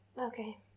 Okay